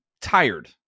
tired